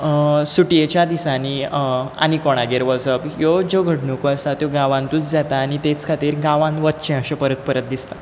सुटयेच्या दिसांनी आनी कोणागेर वचप ह्यो ज्यो घडणुको आसात त्यो गांवांतूच जाता आनी तेच खातीर गांवांत वच्चें अशें परत परत दिसता